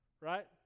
right